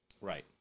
Right